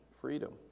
Freedom